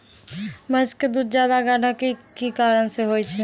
भैंस के दूध ज्यादा गाढ़ा के कि कारण से होय छै?